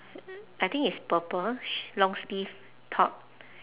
I think it's purple sh~ long sleeve top